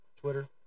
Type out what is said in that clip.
Twitter